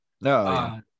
no